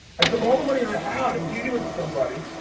i took all the money i had and gave it to somebody,